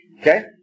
Okay